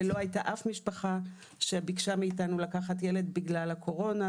ולא הייתה אף משפחה שביקשה מאיתנו לקחת ילד בגלל הקורונה,